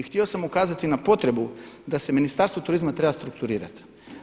I htio sam ukazati na potrebu da se Ministarstvo turizma treba strukturirati.